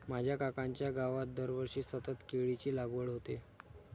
माझ्या काकांच्या गावात दरवर्षी सतत केळीची लागवड होते